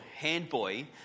Handboy